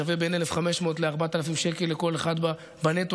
שווה בין 1,500 ל-4,000 שקל לכל אחד בנטו,